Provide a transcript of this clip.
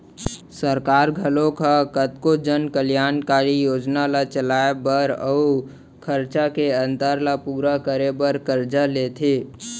सरकार घलोक ह कतको जन कल्यानकारी योजना ल चलाए बर अउ खरचा के अंतर ल पूरा करे बर करजा लेथे